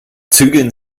zügeln